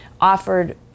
offered